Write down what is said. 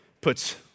puts